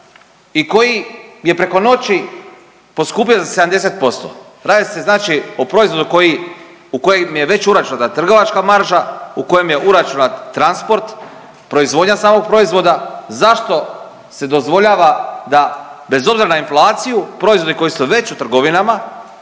i koji je preko noći poskupio za 70%. Radi se znači o proizvodu u kojem je već uračunata trgovačka marža, u kojem je uračunat transport, proizvodnja samog proizvoda, zašto se dozvoljava da bez obzira na inflaciju, proizvodi koji su već u trgovinama